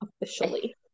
Officially